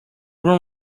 room